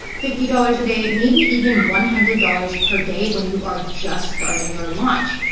fifty dollars a day, maybe even one hundred dollars per day when you are just starting your launch.